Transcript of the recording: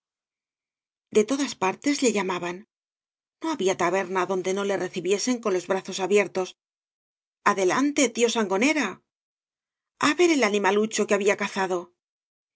de todas partes le llamaban no había taberna donde no le recibiesen con los brazos abiertos adelante tío sangonera a ver el animalucho que habla cazado